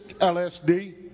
LSD